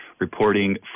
reporting